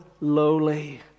lowly